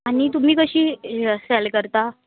आनी तुमी कशी सॅल करता